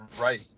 right